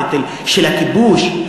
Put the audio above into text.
הנטל של הכיבוש,